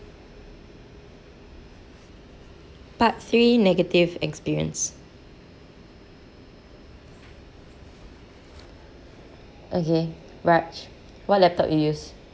part three negative experience okay raj what laptop you use